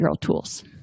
tools